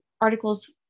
articles